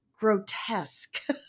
grotesque